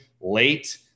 late